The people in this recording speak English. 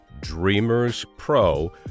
DREAMERSPRO